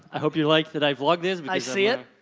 i hope you like that i vlogged this. i see it.